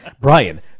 Brian